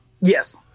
Yes